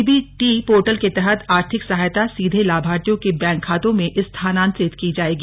DBT portal के तहत आर्थिक सहायता सीधे लाभार्थियों के बैंक खातों में स्थानांतरित की जाएगी